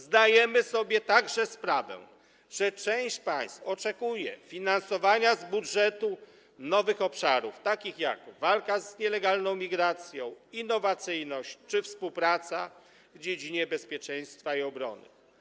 Zdajemy sobie także sprawę, że część państw oczekuje finansowania z budżetu nowych obszarów, takich jak walka z nielegalną migracją, innowacyjność czy współpraca w dziedzinie bezpieczeństwa i obrony.